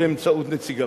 באמצעות נציגיו.